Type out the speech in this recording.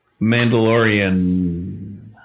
Mandalorian